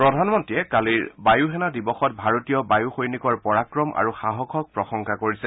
প্ৰধানমন্ত্ৰীয়ে কালিৰ বায়ু সেনাৰ দিৱসত ভাৰতীয় বায়ু সৈনিকৰ পৰাক্ৰম আৰু সাহসক প্ৰশংসা কৰিছে